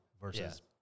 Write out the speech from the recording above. versus